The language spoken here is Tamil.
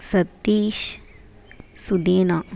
சதீஷ் சுதேனா